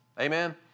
Amen